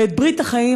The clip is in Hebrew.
ואת ברית החיים,